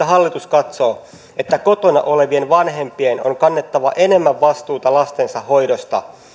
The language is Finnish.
hallitus katsoo että kotona olevien vanhempien on kannettava enemmän vastuuta lastensa hoidosta